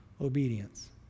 obedience